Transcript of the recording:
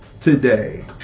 today